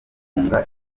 gufunga